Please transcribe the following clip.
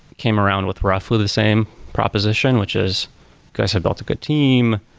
came around with roughly the same proposition, which is guys had built a good team,